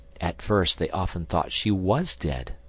at first they often thought she was dead,